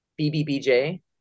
BBBJ